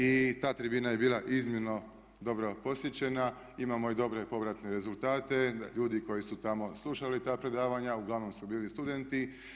I ta tribina je bila iznimno dobro posjećena, imamo i dobre povratne rezultate ljudi koji su tamo slušali ta predstava, uglavnom su bili studenti.